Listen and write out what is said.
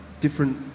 different